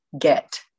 get